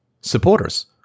supporters